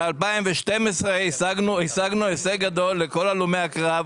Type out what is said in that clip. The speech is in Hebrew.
ב-2012 השגנו הישג גדול לכל הלומי הקרב,